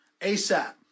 ASAP